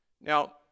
Now